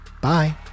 Bye